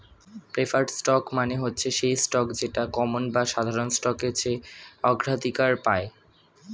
preferred stock মানে হচ্ছে সেই স্টক যেটা কমন বা সাধারণ স্টকের চেয়ে অগ্রাধিকার পায়